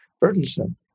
burdensome